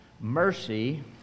Mercy